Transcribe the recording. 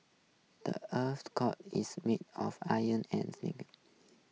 the earth's core is made of iron and nickel